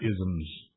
isms